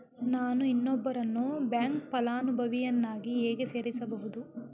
ನಾನು ಇನ್ನೊಬ್ಬರನ್ನು ಬ್ಯಾಂಕ್ ಫಲಾನುಭವಿಯನ್ನಾಗಿ ಹೇಗೆ ಸೇರಿಸಬಹುದು?